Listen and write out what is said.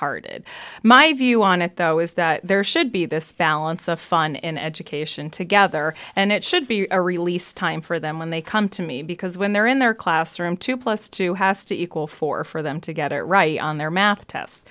hearted my view on it though is that there should be this balance of fun in education together and it should be a release time for them when they come to me because when they're in their classroom two plus two has to equal four for them to get it right on their math test